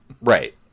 Right